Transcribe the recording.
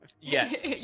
Yes